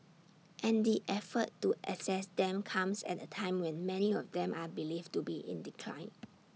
and the effort to assess them comes at A time when many of them are believed to be in decline